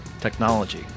technology